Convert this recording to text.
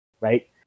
right